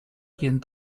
quien